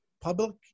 public